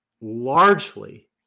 largely